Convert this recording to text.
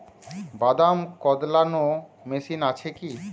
বাদাম কদলানো মেশিন আছেকি?